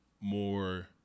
more